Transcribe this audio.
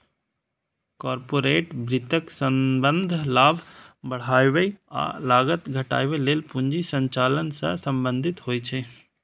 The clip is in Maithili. कॉरपोरेट वित्तक संबंध लाभ बढ़ाबै आ लागत घटाबै लेल पूंजी संचालन सं संबंधित होइ छै